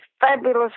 fabulous